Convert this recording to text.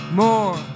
more